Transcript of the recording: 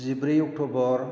जिब्रै अक्ट'बर